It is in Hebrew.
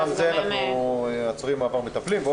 גם לזה אנחנו מתייחסים, למעבר מטפלים.